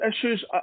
issues